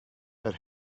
that